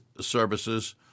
services